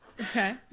Okay